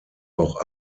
auch